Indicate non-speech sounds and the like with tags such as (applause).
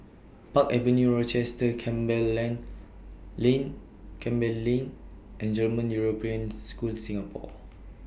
Park Avenue Rochester Campbell (unintelligible) Lane Campbell Lane and German European School Singapore